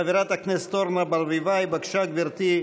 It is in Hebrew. חברת הכנסת אורנה ברביבאי, בבקשה, גברתי.